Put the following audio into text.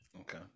Okay